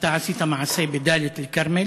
עשית מעשה בדאלית-אלכרמל,